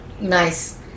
Nice